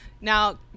Now